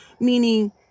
meaning